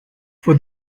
for